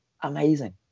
amazing